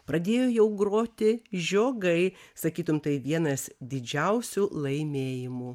pradėjo jau groti žiogai sakytum tai vienas didžiausių laimėjimų